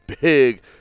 big